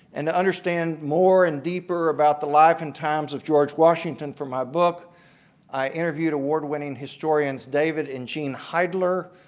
and understand more and deeper about the life and times of george washington from my book i interviewed award-winning historians david and jean heidler.